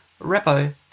Repo